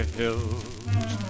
hills